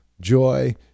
joy